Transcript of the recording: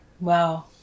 Wow